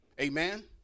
Amen